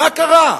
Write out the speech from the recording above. מה קרה?